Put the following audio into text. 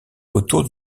autour